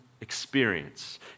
experience